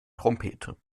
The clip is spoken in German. trompete